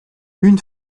une